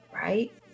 Right